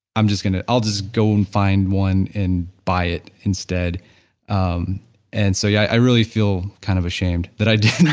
i'm just going, i'll just go and find one and buy it instead um and so yeah i really feel kind of ashamed that i did not